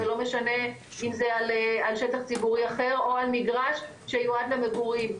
ולא משנה אם זה על שטח ציבורי אחר או על מגרש שיועד למגורים,